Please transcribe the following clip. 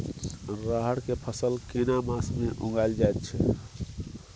रहर के फसल केना मास में उगायल जायत छै?